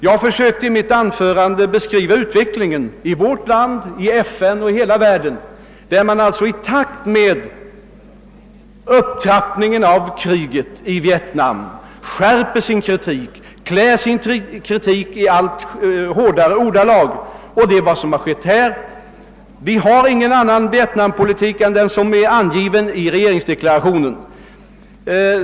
Jag försökte i mitt anförande beskriva utvecklingen i vårt land, i FN och i hela världen i övrigt, där man i takt med upptrappningen av kriget i Vietnam skärper sin kritik och klär denna i allt hårdare ordalag. Det är vad som även skett i vårt land. Vi har ingen annan vietnampolitik än den som är angiven i regeringsdeklarationen.